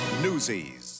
newsies